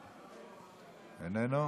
איננו,